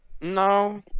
No